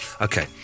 Okay